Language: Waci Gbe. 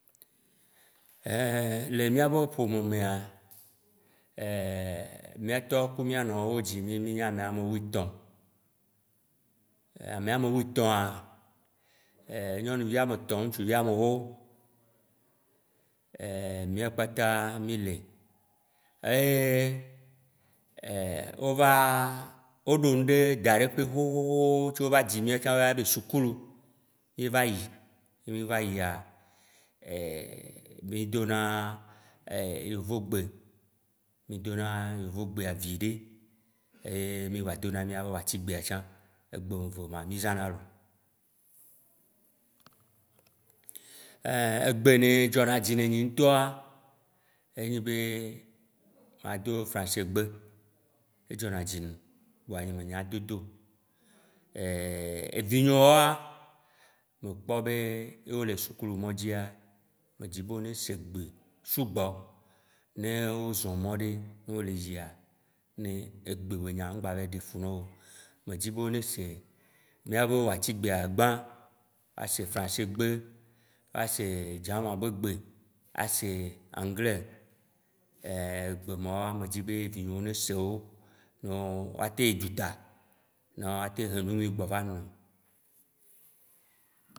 Le mìabe ƒome mea, mìatɔ ku mìanɔwo wo dzi mì mìnyi mìame ame wuietɔ̃. Ame ame wuietɔ̃a, nyɔnuvi ame etɔ̃, ŋtsuvi ame ewo, mìa kpata mì li. Eye wova woɖo ŋɖe daɖe ƒe xoxoxo ce wova dzi mìawo ya wo yɔna be sukulu, mì va yi. Yi mì va yia, mì dona yevugbe viɖe, ye mì va dona mìabe woaci gbea. Egbewo me eve ma mì zãna loo. Egbe ne dzɔna dzi na nye ŋtɔa, ye nye be ma do frãse gbe, edzɔna dzi num vɔa nye me nya edodo o. Evinye woa, me kpɔ be ne wo le sukulu mɔ dzia, medzi be wo ne se gbe sugbɔ, ne wo zɔ̃ mɔ ɖe ne wo leyia, egbe be nya mgba va ɖe fu na wo. Me dzi be woase mìabe waci gbea gbã, ase frãsegbe, ase dzama be gbe, ase anglais, egbe mawoa medzibe evinyewo ne se wo. Gãwoa mea woatem yi dzuta, gawoa mea woatem he enunyui va num.